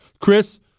Chris